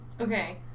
Okay